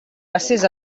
passés